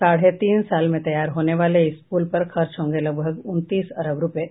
साढ़े तीन साल में तैयार होने वाले इस पुल पर खर्च होंगे लगभग उनतीस अरब रूपये